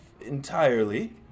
entirely